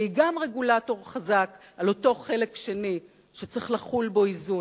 והיא גם רגולטור חזק על אותו חלק שני שצריך לחולל בו איזון,